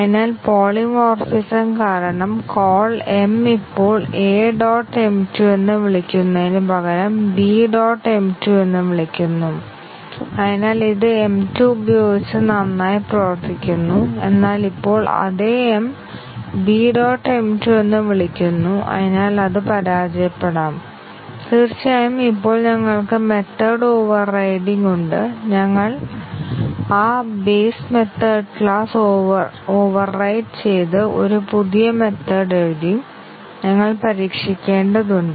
അതിനാൽ പോളിമോർഫിസം കാരണം call m ഇപ്പോൾ A dot m 2 എന്ന് വിളിക്കുന്നതിനുപകരം B dot m2 എന്ന് വിളിക്കുന്നു അതിനാൽ ഇത് m2 ഉപയോഗിച്ച് നന്നായി പ്രവർത്തിക്കുന്നു എന്നാൽ ഇപ്പോൾ അതേ m B ഡോട്ട് m2 എന്ന് വിളിക്കുന്നു അതിനാൽ അത് പരാജയപ്പെടാം തീർച്ചയായും ഇപ്പോൾ ഞങ്ങൾക്ക് മെത്തേഡ് ഓവെർറൈഡിങ് ഉണ്ട് ഞങ്ങൾ ആ ബേസ് മെത്തേഡ് ക്ലാസ് ഓവെർറൈഡ് ചെയ്ത് ഒരു പുതിയ മെത്തേഡ് എഴുതി ഞങ്ങൾ പരീക്ഷിക്കേണ്ടതുണ്ട്